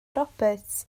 roberts